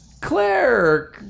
Claire